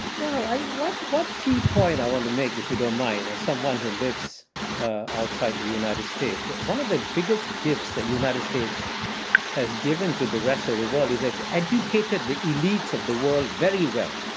well, i what what key point i want to make, if you don't mind, is someone who lives outside the united states. one of the biggest gifts the united states has given to the rest of the world is it's educated the elites of the world very well.